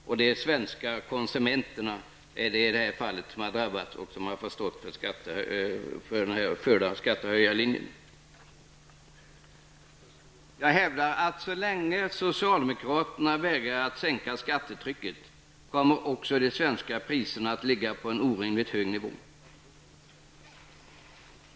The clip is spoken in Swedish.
Det är de svenska konsumenterna som drabbas av den förda skattehöjarpolitiken. Jag hävdar att även de svenska priserna kommer att ligga på en orimligt hög nivå så länge socialdemokraterna vägrar att sänka skattetrycket.